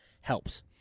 helps